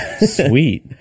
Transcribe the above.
Sweet